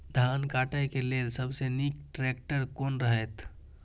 धान काटय के लेल सबसे नीक ट्रैक्टर कोन रहैत?